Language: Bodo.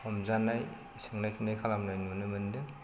हमजानाय सोंनाय फिननाय खालामनाय नुनो मोनदों